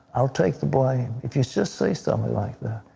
i will take the blame. if you just say something like that,